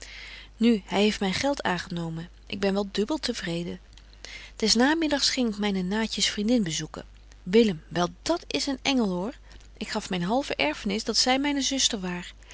nu hy heeft myn geld aangenomen ik ben wel dubbelt te vreden des namiddags ging ik myne naatjes vriendin bezoeken willem wel dat is een engel hoor ik gaf myn halve erfnis dat zy myne zuster waar